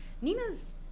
Nina's